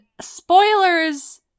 spoilers